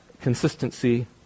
consistency